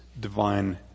divine